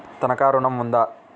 తనఖా ఋణం ఉందా?